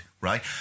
right